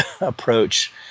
approach